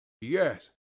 Yes